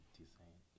design